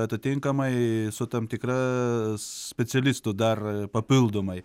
atitinkamai su tam tikra specialistų dar papildomai